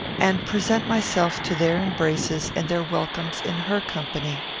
and present myself to their embraces and their welcomes in her company?